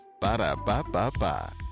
Ba-da-ba-ba-ba